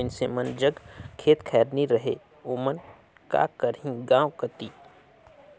जेन मइनसे मन जग खेत खाएर नी रहें ओमन का करहीं गाँव कती